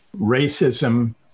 racism